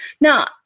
Now